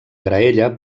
graella